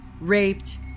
raped